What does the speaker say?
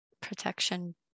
protection